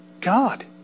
God